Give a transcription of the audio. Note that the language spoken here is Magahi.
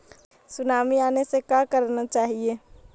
सुनामी आने से का करना चाहिए?